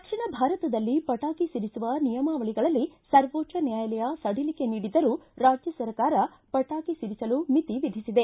ದಕ್ಷಿಣ ಭಾರತದಲ್ಲಿ ಪಟಾಕಿ ಒಡಿಸುವ ನಿಯಮಾವಳಿಗಳಲ್ಲಿ ಸರ್ವೋಚ್ದ ನ್ಯಾಯಾಲಯ ಸಡಿಲಿಕೆ ನೀಡಿದ್ದರೂ ರಾಜ್ಯ ಸರ್ಕಾರ ಪಟಾಕಿ ಸಿಡಿಸಲು ಮಿತಿ ವಿಧಿಸಿದೆ